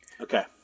Okay